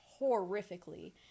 horrifically